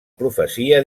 profecia